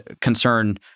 concern